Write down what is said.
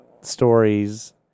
stories